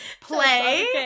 play